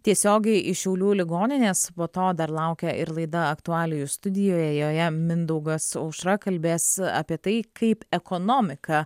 tiesiogiai iš šiaulių ligoninės va to dar laukia ir laida aktualijų studijoj joje mindaugas aušra kalbės apie tai kaip ekonomiką